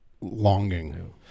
longing